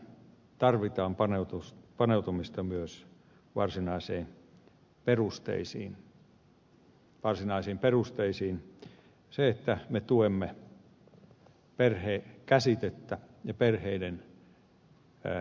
tarvitaan paneutumista myös varsinaisiin perusteisiin siihen että me tuemme perhekäsitettä ja perheiden koossa pysymistä